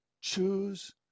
choose